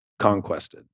conquested